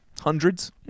hundreds